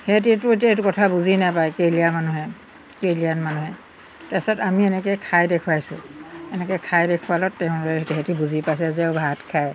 সিহঁতে এইটো এতিয়া এইটো কথা বুজি নাপায় কেৰেলীয়া মানুহে কেৰেলীয়ান মানুহে তাৰপিছত আমি এনেকৈ খাই দেখুৱাইছোঁ এনেকৈ খাই দেখুৱালত তেওঁলোকে তাহাঁতি বুজি পাইছে যে ভাত খায়